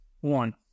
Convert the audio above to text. one